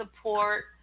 support